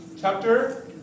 Chapter